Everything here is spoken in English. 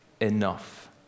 enough